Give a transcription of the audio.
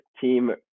team